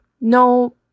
No